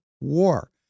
War